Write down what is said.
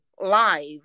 live